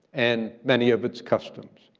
and many of its customs.